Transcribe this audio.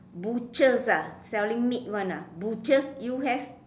butchers ah selling meat [one] ah butchers you have